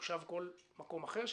תושב כל מקום אחר,